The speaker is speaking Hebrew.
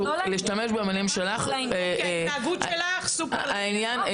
לא, כי ההתנהגות שלך סופר לעניין,